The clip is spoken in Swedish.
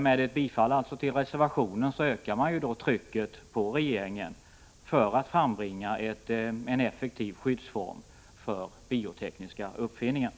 Med ett bifall till reservationen ökar man trycket på regeringen att frambringa en effektiv skyddsform för biotekniska uppfinningar.